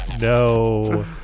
No